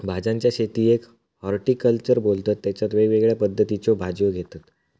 भाज्यांच्या शेतीयेक हॉर्टिकल्चर बोलतत तेच्यात वेगवेगळ्या पद्धतीच्यो भाज्यो घेतत